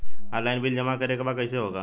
Online bill जमा करे के बा कईसे होगा?